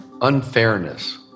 Unfairness